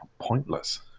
Pointless